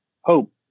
hope